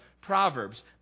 proverbs